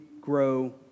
grow